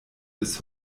bis